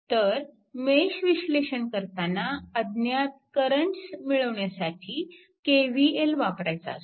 तर मेश विश्लेषण करताना अज्ञात करंट्स मिळविण्यासाठी KVL वापरायचा असतो